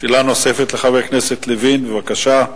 שאלה נוספת לחבר הכנסת לוין, בבקשה.